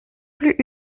plus